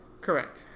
Correct